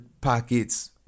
pockets